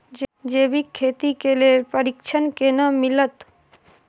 जैविक खेती के लेल प्रशिक्षण केना मिलत?